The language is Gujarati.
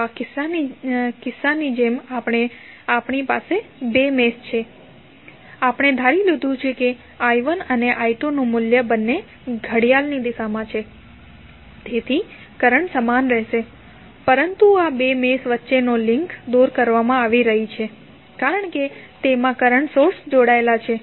તો આ કિસ્સાની જેમ આપણી પાસે બે મેશે છે આપણે ધારી લીધું છે કે i1 અને i2 મૂલ્યો સાથે બંને ઘડિયાળની દિશામાં છે તેથી કરંટ સમાન રહેશે પરંતુ આ બે મેશ વચ્ચેની લિંક દૂર કરવામાં આવી છે કારણ કે તેમાં કરંટ સોર્સ જોડાયલો હતો